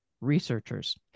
researchers